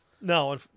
no